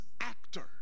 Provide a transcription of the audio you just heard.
actor